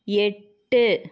எட்டு